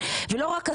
זאת אומרת,